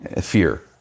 fear